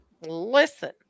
listen